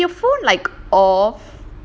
eh did your phone like off